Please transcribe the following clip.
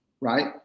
right